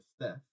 Steph